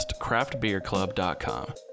craftbeerclub.com